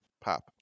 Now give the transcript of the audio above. Pop